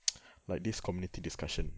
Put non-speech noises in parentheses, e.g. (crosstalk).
(noise) like this community discussion